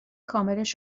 کاملش